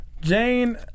Jane